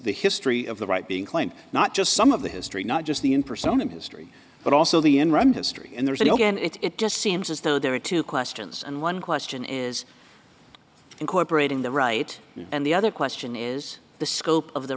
the history of the right being claimed not just some of the history not just the in persona history but also the enron history and there's a again it it just seems as though there are two questions and one question is incorporating the right and the other question is the scope of the